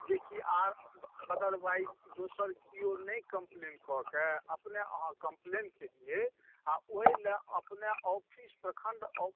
जेकि आओर अदरवाइज दोसर किओ नहि कम्प्लेन कऽ कऽ अपने अहाँ कम्प्लेन केलिए आओर ओहिलए अपने ऑफिस प्रखण्ड